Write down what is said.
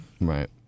Right